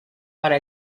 para